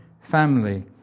family